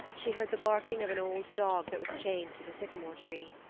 she heard the barking of an old dog that was chained to the sycamore tree.